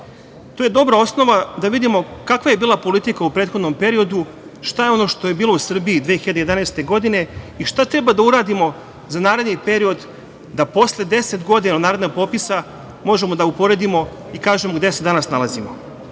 Tu je dobra osnova da vidimo kakva je bila politika u prethodnom periodu, šta je ono što je bilo u Srbiji 2011. godine i šta treba da uradimo za naredni period da posle 10 godina od narednog popisa možemo da uporedimo i kažemo gde se danas nalazimo. Po